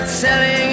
selling